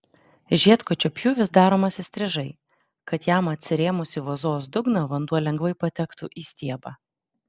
žiedkočio pjūvis daromas įstrižai kad jam atsirėmus į vazos dugną vanduo lengvai patektų į stiebą